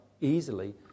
easily